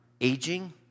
aging